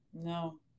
No